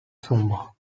sombre